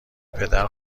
پدر